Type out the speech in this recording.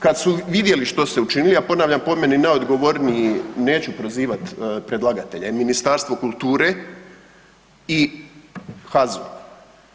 Kad su vidjeli što su učinili, a ponavljam, po meni najodgovorniji, neću prozivati predlagatelje, Ministarstvo kulture i HAZU.